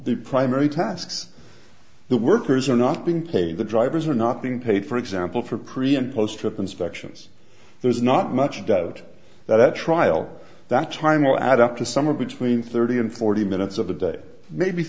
the primary tasks the workers are not being paid the drivers are not being paid for example for korean post trip inspections there's not much doubt that at trial that time will add up to summer between thirty and forty minutes of the day maybe